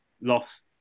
lost